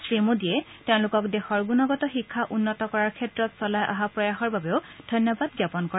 শ্ৰীমোদীয়ে তেওঁলোকক দেশৰ গুণগত শিক্ষা উন্নত কৰাৰ ক্ষেত্ৰত চলাই অহা প্ৰয়াসৰ বাবেও ধন্যবাদ জ্ঞাপন কৰে